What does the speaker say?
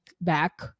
back